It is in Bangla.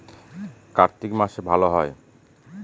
কার্তিক মাসে ভালো হয়?